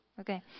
Okay